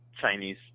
Chinese